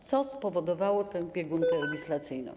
Co spowodowało tę biegunkę legislacyjną?